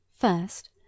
First